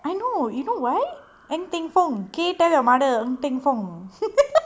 I know you know why ng teng fong K tell your mother ng teng fong